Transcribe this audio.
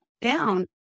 down